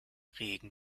regen